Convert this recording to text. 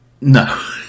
No